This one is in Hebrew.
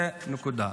זאת הנקודה.